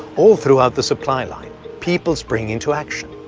all throughout the supply line, people spring into action.